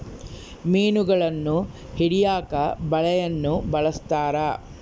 ಮೀನುಗಳನ್ನು ಹಿಡಿಯಕ ಬಲೆಯನ್ನು ಬಲಸ್ಥರ